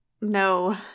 no